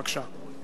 בבקשה.